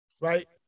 right